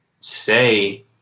say